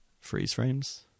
freeze-frames